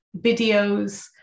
videos